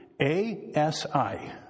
A-S-I